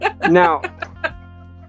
Now